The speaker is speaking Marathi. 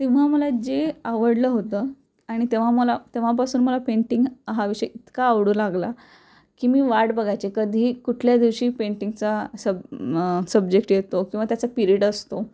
तेव्हा मला जे आवडलं होतं आणि तेव्हा मला तेव्हापासून मला पेंटिंग हा विषय इतका आवडू लागला की मी वाट बघायचे कधी कुठल्या दिवशी पेंटिंगचा सब सब्जेक्ट येतो किंवा त्याचा पिरियड असतो